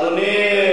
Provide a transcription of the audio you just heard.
אדוני,